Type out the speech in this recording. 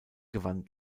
gewann